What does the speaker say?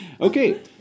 Okay